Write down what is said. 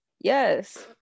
Yes